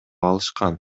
алышкан